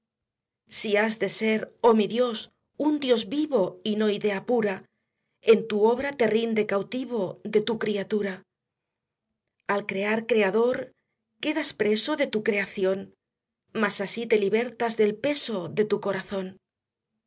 si has de ser oh mi dios un dios vivo y no idea pura en tu obra te rinde cautivo de tu criatura al crear creador quedas preso de tu creación más asi te libertas del peso de tu corazón